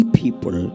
people